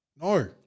No